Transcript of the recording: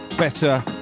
Better